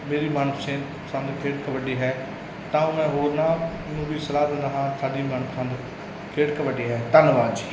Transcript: ਮੇਰੀ ਮਨਪਸਿੰਦ ਪਸੰਦ ਖੇਡ ਕਬੱਡੀ ਹੈ ਤਾਂ ਮੈਂ ਹੋਰਨਾਂ ਨੂੰ ਵੀ ਸਲਾਹ ਦਿੰਦਾ ਹਾਂ ਸਾਡੀ ਮਨਪਸੰਦ ਖੇਡ ਕਬੱਡੀ ਹੈ ਧੰਨਵਾਦ ਜੀ